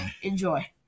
enjoy